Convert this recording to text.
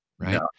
right